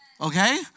okay